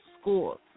schools